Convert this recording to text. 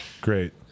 Great